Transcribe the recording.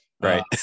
Right